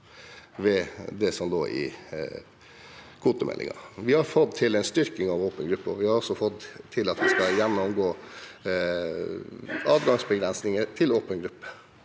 ved det som lå i kvotemeldingen. Vi har fått til en styrking av åpen gruppe, og vi har også fått til at adgangsbegrensninger til åpen gruppe